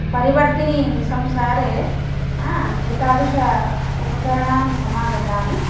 परिवर्तिनी संसारे एतादृशाणि उपकरणानि समागतानि